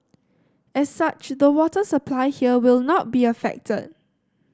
as such the water supply here will not be affected